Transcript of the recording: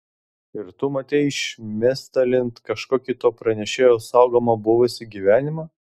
ir tu matei šmėstelint kažkokį to pranešėjo saugomą buvusį gyvenimą